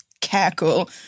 cackle